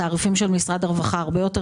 התעריפים של משרד הרווחה הם הרבה יותר